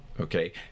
Okay